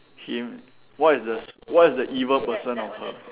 him what is the s~ what is the evil person of her